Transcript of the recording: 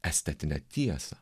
estetinę tiesą